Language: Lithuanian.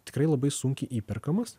tikrai labai sunkiai įperkamas